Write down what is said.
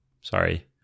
Sorry